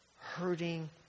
hurting